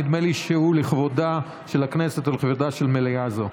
נדמה לי שהוא לכבודה של הכנסת ולכבודה של מליאה זו.